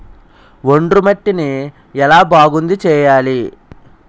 ఒండ్రు మట్టిని ఎలా బాగుంది చేయాలి?